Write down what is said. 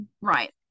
Right